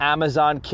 Amazon